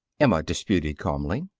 emma disputed calmly.